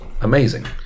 amazing